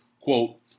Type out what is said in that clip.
quote